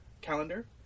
calendar